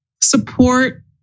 support